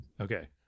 Okay